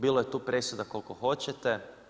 Bilo je tu presuda koliko hoćete.